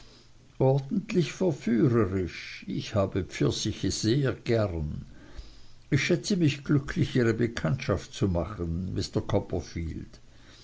ordentlich verführerisch ich habe pfirsiche sehr gern ich schätze mich glücklich ihre bekanntschaft zu machen mr copperfield